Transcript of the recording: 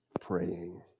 praying